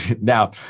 now